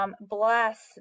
Bless